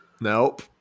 Nope